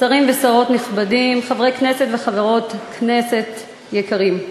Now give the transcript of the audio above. שרים ושרות נכבדים, חברי כנסת וחברות כנסת יקרים,